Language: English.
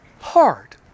hard